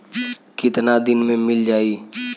कितना दिन में मील जाई?